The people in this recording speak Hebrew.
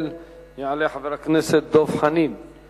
חבר הכנסת כרמל שאמה,